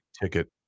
ticket